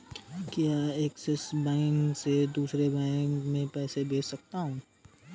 क्या Axis bank से दूसरे बैंक में पैसे भेजे जा सकता हैं?